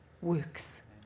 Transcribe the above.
works